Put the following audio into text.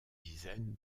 dizaines